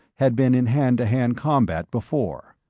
had been in hand-to-hand combat before.